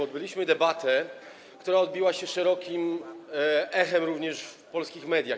Odbyliśmy debatę, która odbiła się szerokim echem również w polskich mediach.